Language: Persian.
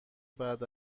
بعد